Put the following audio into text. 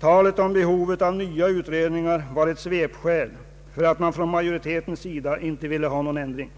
Talet om behovet av nya utredningar var ett svepskäl för att man från majoritetens sida inte ville ha någon ändring.